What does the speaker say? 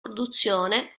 produzione